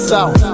South